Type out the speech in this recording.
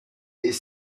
est